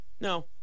no